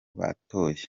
batoye